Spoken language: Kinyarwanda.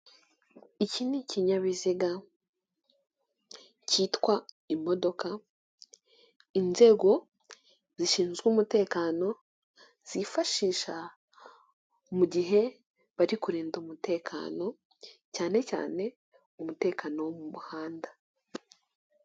Iki ni ikinyabiziga cyitwa imodoka inzego zishinzwe umutekano zifashisha mu gihe bari kurinda umutekano cyane cyane umutekano wo mu muhanda.